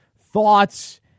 thoughts